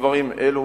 לדברים אלו.